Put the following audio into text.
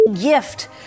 gift